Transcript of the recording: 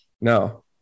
no